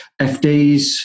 FDs